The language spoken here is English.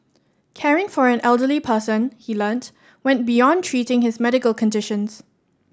caring for an elderly person he learnt went beyond treating his medical conditions